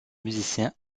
musiciens